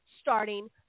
starting